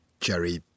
jerry